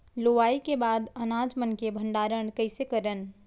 लुवाई के बाद अनाज मन के भंडारण कईसे करन?